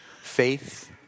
faith